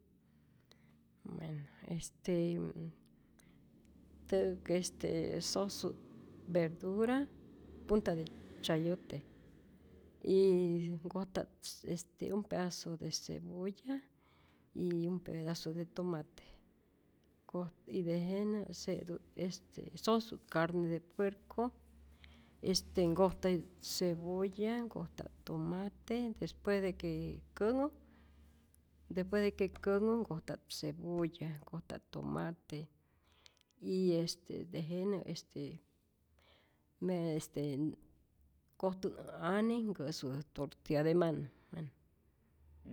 Bueno este tä'ak este sosut verdura, punta de chayote y nkojta't este un pedazo de cebolla y un pedazo de tomate, koj y tejenä se'tu't este sosut carne de puerco este nkojtayut cebolla, nkojta't tomate, despues de que känhu despues de que känhu nkojta't cebolla, nkojta't tomate y este tejenä este nä este nkojtu't ä ane' nkä'sutät tortia de mano.